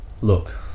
Look